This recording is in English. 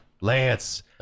Lance